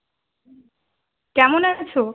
কেমন আছো